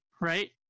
right